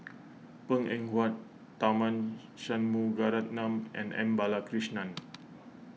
Png Eng Huat Tharman Shanmugaratnam and M Balakrishnan